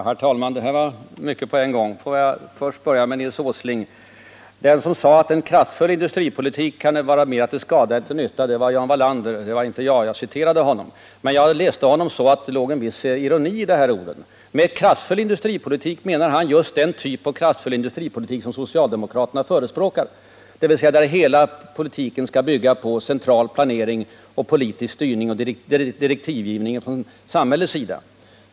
Herr talman! Det här var mycket på en gång. Jag får börja med Nils Åsling. Den som sade att en kraftfull industripolitik kan vara mera till skada än till nytta var Jan Wallander — det var inte jag. Jag citerade honom. Men jag uppfattade hans uttalande som ironiskt menat. Med ”kraftfull” industripolitik menade han just den typ av industripolitik som socialdemokraterna förespråkar, dvs. den där politiken skall bygga på central planering och politisk styrning och direktivgivning från samhällets sida.